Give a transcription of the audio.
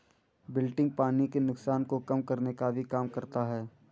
wilting पानी के नुकसान को कम करने का भी काम करता है